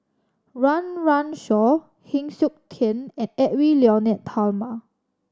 Run Run Shaw Heng Siok Tian and Edwy Lyonet Talma